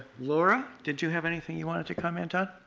laura, did you have anything you wanted to comment on?